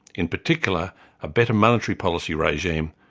in particular a better monetary policy regime,